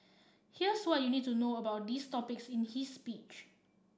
here's what you need to know about these topics in his speech